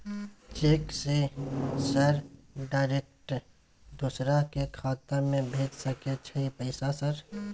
Cheque से sir direct दूसरा के खाता में भेज सके छै पैसा सर?